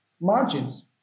margins